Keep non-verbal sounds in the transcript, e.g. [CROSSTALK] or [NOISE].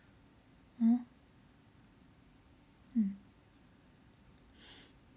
!huh! mm [BREATH]